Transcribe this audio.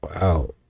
Wow